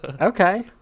Okay